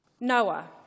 Noah